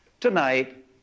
Tonight